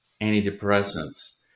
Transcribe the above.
antidepressants